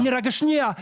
רגע, שנייה.